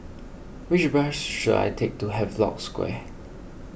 which bus should I take to Havelock Square